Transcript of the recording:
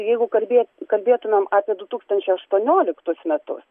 jeigu kalbė kalbėtumėm apie du tūkstančiai aštuonioliktus metus